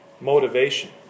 motivation